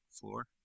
floor